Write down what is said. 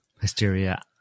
hysteria